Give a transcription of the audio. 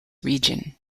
region